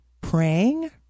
praying